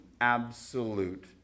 absolute